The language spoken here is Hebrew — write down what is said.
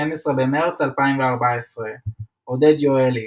12 במרץ 2014 עודד יואלי,